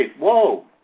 Whoa